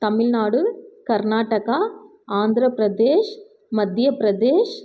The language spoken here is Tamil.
தமிழ்நாடு கர்நாடகா ஆந்திரப் பிரதேஷ் மத்தியப் பிரதேஷ்